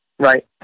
Right